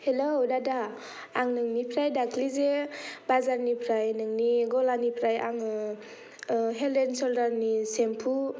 hello दादा आं नोंनिफ्राय दाख्लिजे बाजारनिफ्राय नोंनि ग'लानिफ्राय आङो हेल्डएनसलदारनि सेमफु